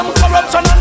corruption